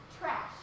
trash